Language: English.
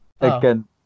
Again